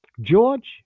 George